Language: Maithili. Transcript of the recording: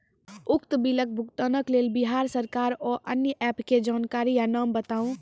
उक्त बिलक भुगतानक लेल बिहार सरकारक आअन्य एप के जानकारी या नाम बताऊ?